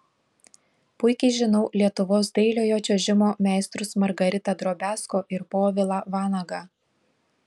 puikiai žinau lietuvos dailiojo čiuožimo meistrus margaritą drobiazko ir povilą vanagą